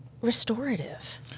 restorative